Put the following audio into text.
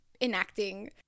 enacting